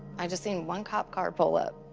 i just seen one cop car pull up,